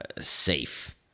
safe